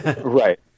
Right